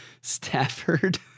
Stafford